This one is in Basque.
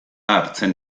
hartzen